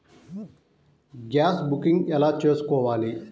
Gas booking ఎలా చేసుకోవాలి?